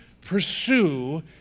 pursue